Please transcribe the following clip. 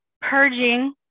purging